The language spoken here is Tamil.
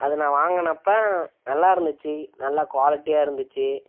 அது நான் வாங்கினப்ப நல்லாயிருந்துச்சி நல்லா குவாலிட்டியாக இருந்துச்சு